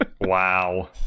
wow